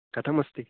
कथम् अस्ति